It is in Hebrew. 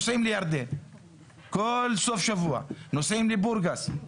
סוף נוסעים לירדן או נוסעים לבורגס.